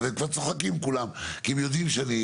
הם כבר צוחקים כולם, כי הם יודעים.